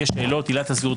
יש שתי עילות: עילת הסבירות,